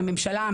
מהממשלה,